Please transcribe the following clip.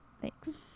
Thanks